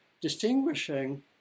distinguishing